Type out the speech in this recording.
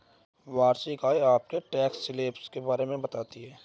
वार्षिक आय आपके टैक्स स्लैब के बारे में भी बताती है